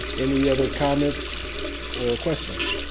any other comments or questions?